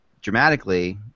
dramatically